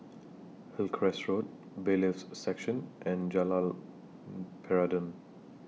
Hillcrest Road Bailiffs' Section and Jalan Peradun